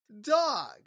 dog